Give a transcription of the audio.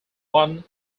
one